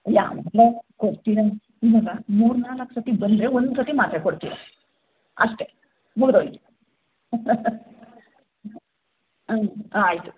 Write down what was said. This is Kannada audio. ಯಾವಾಗಲೋ ಕೊಡ್ತೀರ ಮೂರು ನಾಲ್ಕು ಮೂರು ನಾಲ್ಕು ಸರ್ತಿ ಬಂದರೆ ಒಂದು ಸರ್ತಿ ಮಾತ್ರೆ ಕೊಡ್ತೀರ ಅಷ್ಟೇ ಮುಗ್ದೋಯ್ತು ಆಯ್ ಹಾಂ ಆಯಿತು